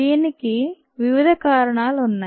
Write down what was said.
దీనికి వివిధ కారణాలు ఉన్నాయి